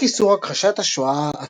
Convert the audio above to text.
חוק איסור הכחשת השואה,